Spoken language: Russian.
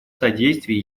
содействии